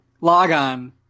logon